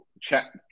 check